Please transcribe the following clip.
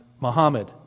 Muhammad